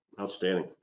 Outstanding